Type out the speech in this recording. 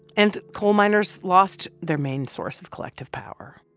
and coal miners lost their main source of collective power.